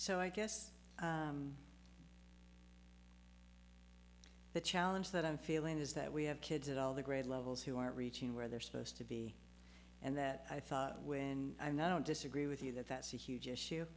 so i guess the challenge that i'm feeling is that we have kids at all the grade levels who aren't reaching where they're supposed to be and that i thought when i now disagree with you that that's a huge